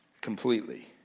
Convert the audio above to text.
completely